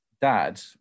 dad